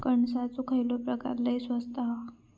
कणसाचो खयलो प्रकार लय स्वस्त हा?